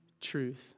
truth